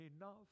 enough